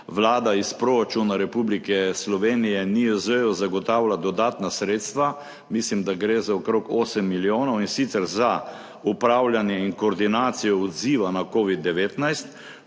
Vlada iz proračuna Republike Slovenije NIJZ-ju zagotavlja dodatna sredstva. Mislim, da gre za okrog 8 milijonov, in sicer za upravljanje in koordinacijo odziva na Covid-19